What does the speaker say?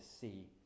see